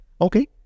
Okay